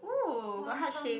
woo got heart shape